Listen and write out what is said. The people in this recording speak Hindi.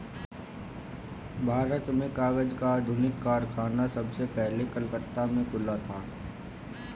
भारत में कागज का आधुनिक कारखाना सबसे पहले कलकत्ता में खुला था